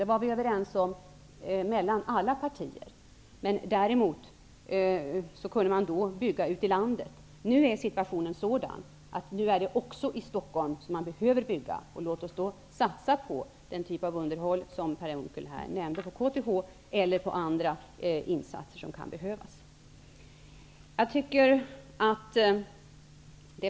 Det har vi i alla partier varit överens om. Däremot kunde man bygga ute i landet. Nu är också situationen i Stockholm den att det behöver byggas. Låt oss därför satsa på den typ av underhåll som Per Unckel nämnde. Det gäller KTH och andra insatser som kan behöva göras.